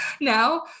now